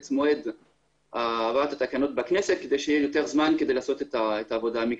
מועד התקנות כדי שיהיה יותר זמן לעשות את העבודה המקצועית.